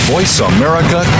VoiceAmerica